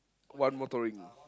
One-Motoring